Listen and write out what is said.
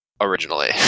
originally